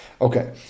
Okay